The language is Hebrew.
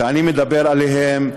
שאני מדבר עליהם,